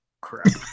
crap